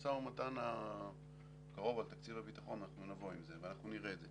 שבמשא ומתן הקרוב על תקציב הביטחון אנחנו נבוא עם זה ואנחנו נראה את זה.